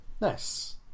Nice